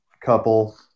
couple